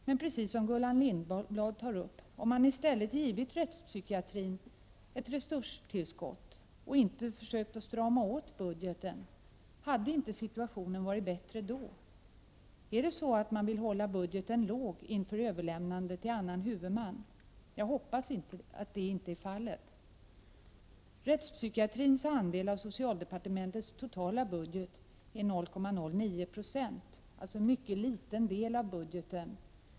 Men hade inte situationen varit bättre om man i stället, som Gullan Lindblad sade, hade givit rättspsykiatrin ett resurstillskott och inte försökt strama åt budgeten? Vill man hålla budgeten låg inför ett överlämnande till annan huvudman? Jag hoppas att så inte är fallet. Rättspsykiatrins andel av socialdepartementets totala budget är 0,09 96, alltså en mycket liten del av budgeten.